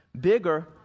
Bigger